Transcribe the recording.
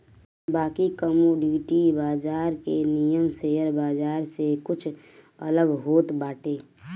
बाकी कमोडिटी बाजार के नियम शेयर बाजार से कुछ अलग होत बाटे